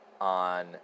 on